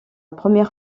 première